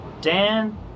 Dan